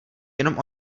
jenom